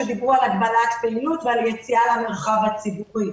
שדיברו על הגבלת פעילות ועל יציאה למרחב הציבורי.